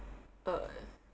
uh